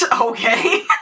Okay